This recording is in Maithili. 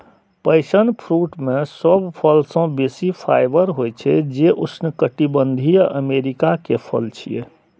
पैशन फ्रूट मे सब फल सं बेसी फाइबर होइ छै, जे उष्णकटिबंधीय अमेरिका के फल छियै